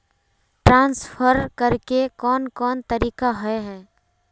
Transfer करे के कोन कोन तरीका होय है?